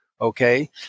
okay